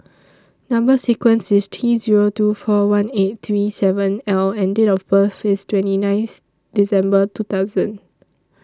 Number sequence IS T Zero two four one eight three seven L and Date of birth IS twenty ninth December two thousand